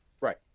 right